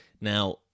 Now